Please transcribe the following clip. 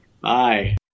Bye